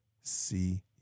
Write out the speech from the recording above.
see